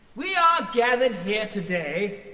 we are gathered here today,